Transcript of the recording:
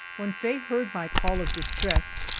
when faye heard my call of distress,